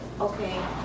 okay